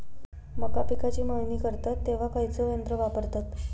मका पिकाची मळणी करतत तेव्हा खैयचो यंत्र वापरतत?